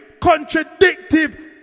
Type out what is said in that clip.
contradictive